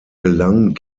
gelang